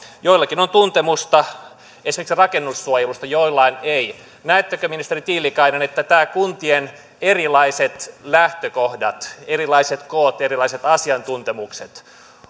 joillakin on tuntemusta esimerkiksi rakennussuojelusta joillain ei näettekö ministeri tiilikainen että kuntien erilaiset lähtökohdat erilaiset koot erilaiset asiantuntemukset